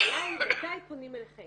השאלה היא מתי פונים אליכם